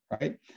right